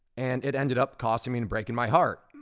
and it ended up costing me and breaking my heart.